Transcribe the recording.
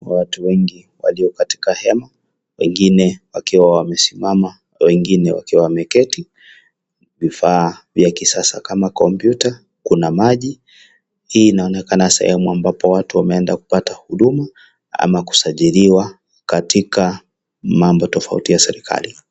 Watu wengi walio katika hema na wengine wakiwa wameketi vifaa vya kisasa kama kompyuta kuna maji huu inaonekana sehemu ambapo watu wameenda kupata huduma ama kusajiliwa kwa mamba tofauti ya serikali.